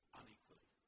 unequally